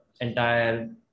entire